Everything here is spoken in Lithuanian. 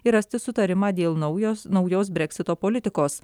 ir rasti sutarimą dėl naujos naujos breksito politikos